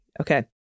Okay